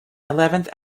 eleventh